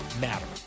matter